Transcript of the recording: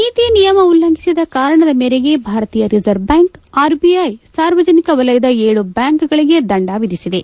ನೀತಿ ನಿಯಮ ಉಲ್ಲಂಘಿಸಿದ ಕಾರಣದ ಮೇರೆಗೆ ಭಾರತೀಯ Reserve Bank R B I ಸಾರ್ವಜನಿಕ ವಲಯದ ಏಳು ಬ್ಯಾಂಕ್ಗಳಿಗೆ ದಂಡ ವಿಧಿಸಿದೆ